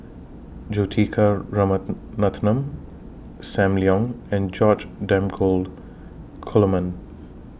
Juthika SAM Leong and George Dromgold Coleman